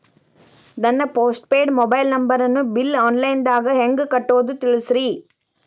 ನನ್ನ postpaid mobile ನಂಬರನ್ನು bill online ದಾಗ ಹೆಂಗ್ ಕಟ್ಟೋದು ತಿಳಿಸ್ರಿ